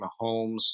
Mahomes